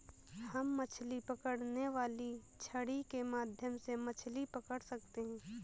हम मछली पकड़ने वाली छड़ी के माध्यम से मछली पकड़ सकते हैं